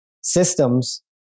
Systems